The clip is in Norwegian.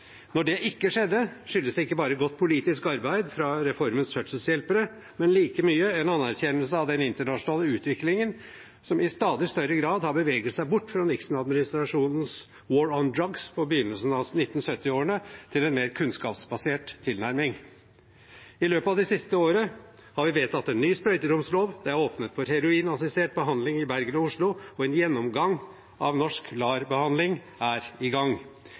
Når det ikke skjedde, skyldes det ikke bare godt politisk arbeid fra reformens fødselshjelpere, men like mye en anerkjennelse av den internasjonale utviklingen som i stadig større grad har beveget seg bort fra Nixon-administrasjonens «War on drugs» i begynnelsen av 1970-årene til en mer kunnskapsbasert tilnærming. I løpet av det siste året har vi vedtatt en ny sprøyteromslov, det er åpnet for heroinassistert behandling i Bergen og Oslo, og en gjennomgang av norsk LAR-behandling er i gang.